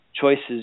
choices